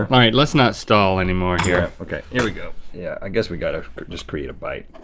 right right let's not stall anymore here. okay here we go. yeah, i guess we gotta just create a bite.